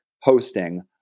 hosting